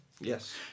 Yes